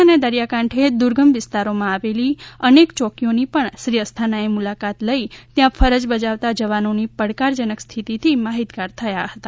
રણ અને દરિયા કાંઠે દુર્ગમ વિસ્તારમાં આવેલી અનેક ચોકીઓની પણ શ્રી આસ્થાનાએ મુલાકાત લઈ ત્યાં ફરજ બજાવતા જવાનોની પડકારજનક સ્થિતિ થી માહિતગાર થયા હતા